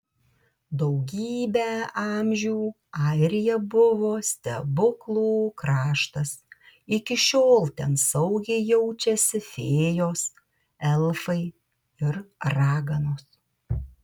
daugybę amžių airija buvo stebuklų kraštas iki šiol ten saugiai jaučiasi fėjos elfai ir raganos